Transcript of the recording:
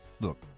look